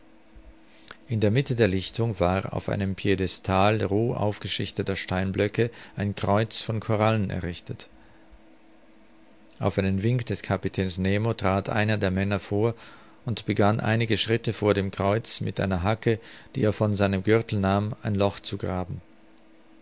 in der mitte der lichtung war auf einem piedestal roh aufgeschichteter steinblöcke ein kreuz von korallen errichtet auf einen wink des kapitäns nemo trat einer der männer vor und begann einige schritte vor dem kreuz mit einer hacke die er von seinem gürtel nahm ein loch zu graben